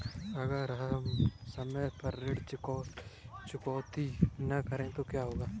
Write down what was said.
अगर हम समय पर ऋण चुकौती न करें तो क्या होगा?